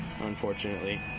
unfortunately